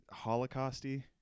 Holocausty